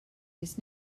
his